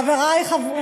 חברי חברי,